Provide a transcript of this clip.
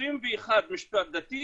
21% משפט דתי